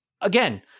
again